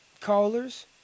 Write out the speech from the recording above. callers